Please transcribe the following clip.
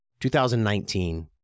2019